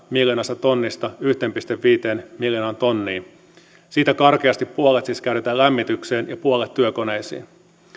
miljoonasta tonnista yhteen pilkku viiteen miljoonaan tonniin siitä karkeasti puolet siis käytetään lämmitykseen ja puolet työkoneisiin